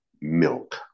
milk